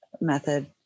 method